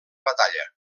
batalla